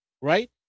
right